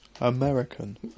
American